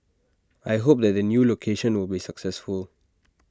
I hope that the new location will be successful